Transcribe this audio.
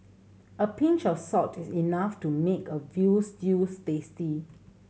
a pinch of salt is enough to make a veal stew tasty